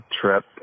trip